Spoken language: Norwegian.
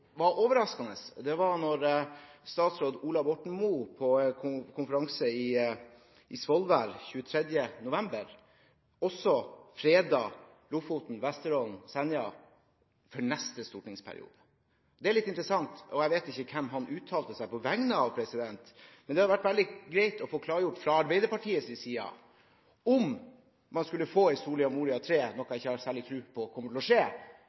var overraskende, var at statsråd Ola Borten Moe på en konferanse i Svolvær den 23. november også fredet Lofoten, Vesterålen og Senja for neste stortingsperiode. Det er litt interessant, og jeg vet ikke hvem han uttalte seg på vegne av. Men det hadde vært veldig greit å få klargjort fra Arbeiderpartiets side: Om man skulle få en Soria Moria III – noe jeg ikke har særlig tro på kommer til å skje